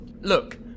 Look